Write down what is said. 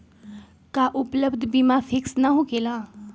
का उपलब्ध बीमा फिक्स न होकेला?